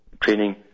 training